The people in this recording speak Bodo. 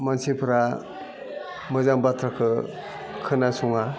मानसिफ्रा मोजां बाथ्राखो खोनासङा